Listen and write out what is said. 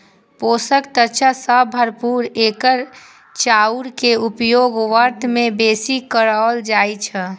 पोषक तत्व सं भरपूर एकर चाउर के उपयोग व्रत मे बेसी कैल जाइ छै